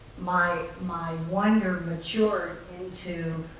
my my wonder matured into,